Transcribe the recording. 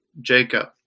Jacob